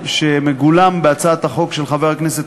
הן שבעצם מגולם בהצעת החוק של חבר הכנסת